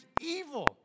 evil